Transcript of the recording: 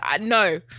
No